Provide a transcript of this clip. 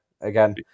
again